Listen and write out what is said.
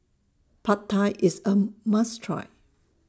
Pad Thai IS A must Try